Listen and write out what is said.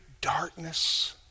darkness